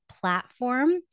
platform